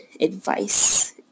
advice